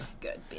Good